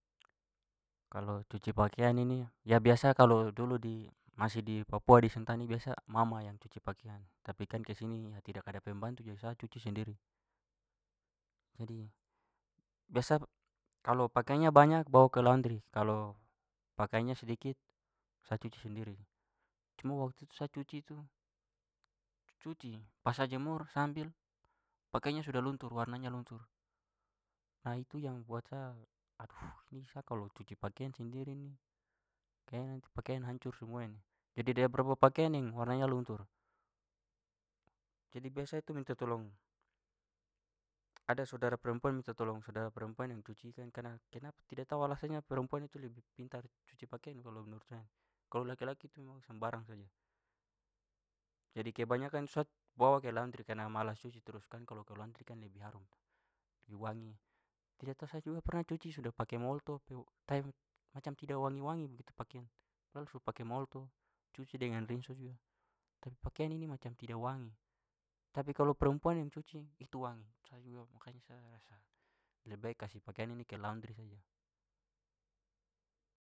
Kalau cuci pakian ini ya biasa kalau dulu di masih di papua di sentani biasa mama yang cuci pakian, tapi kan ke sini tidak ada pembantu jadi sa cuci sendiri. Jadi biasa kalau pakiannya banyak bawa ke laundry, kalau pakiannya sedikit sa cuci sendiri. Cuma waktu itu sa cuci tu cuci, pas sa jemur, sa ambil, pakiannya sudah luntur, warnanya luntur. Nah, itu yang buat sa, aduh ini sa kalau cuci pakian sendiri ni kayaknya nanti pakian hancur semua ini. Jadi ada berapa pakian yang warnanya luntur. Jadi biasa itu minta tolong ada saudara perempuan minta tolong saudara perempuan yang cucikan karena kenapa tidak tahu alasannya perempuan itu lebih pintar cuci pakian kalau menurut saya. Kalau laki-laki tu memang sembarang saja. Jadi kebanyakan tu sa bawa ke laundry karen malas cuci. Terus kan kalau ke laundry kan lebih harum lebih wangi. Tidak tahu sa juga pernah cuci sudah pakai molto macam tidak wangi-wangi begitu pakian. Padahal su pakai molto, cuci dengan rinso juga, tapi pakian ini macam tidak wangi. Tapi kalau perempuan yang cuci itu wangi. Sa juga makanya sa rasa lebaik kasih pakian ini ke laundry saja.